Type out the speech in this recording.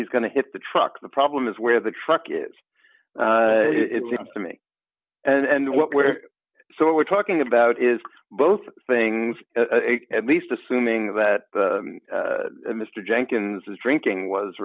he's going to hit the truck the problem is where the truck is it seems to me and what we're so we're talking about is both things at least assuming that mr jenkins is drinking was